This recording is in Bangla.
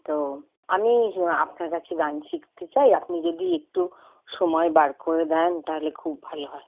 তো আমি আপনার কাছে গান শিখতে চাই আপনি যদি একটু সময় বার করে দেন তাহলে খুব ভালো হয়